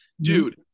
dude